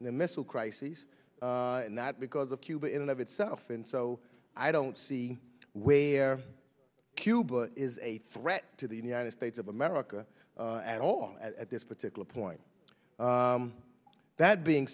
and the missile crisis not because of cuba in of itself and so i don't see where cuba is a threat to the united states of america at all at this particular point that being